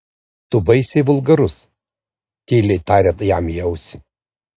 tu baisiai vulgarus tyliai tarė jam į ausį